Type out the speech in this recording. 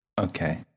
Okay